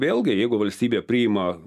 vėlgi jeigu valstybė priima